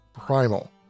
Primal